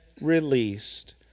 released